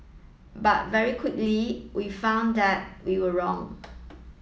but very quickly we found that we were wrong